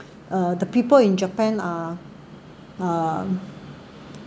uh the people in japan are uh